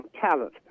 talent